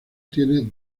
tiene